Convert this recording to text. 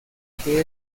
que